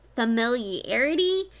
familiarity